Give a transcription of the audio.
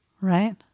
Right